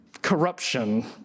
corruption